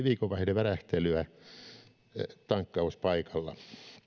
viikonvaihdevärähtelyä tankkauspaikalla